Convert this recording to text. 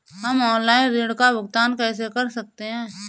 हम ऑनलाइन ऋण का भुगतान कैसे कर सकते हैं?